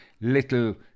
little